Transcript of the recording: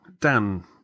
Dan